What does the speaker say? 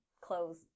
clothes